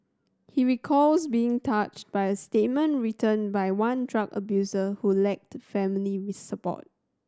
he recalls being touched by a statement written by one drug abuser who lacked family support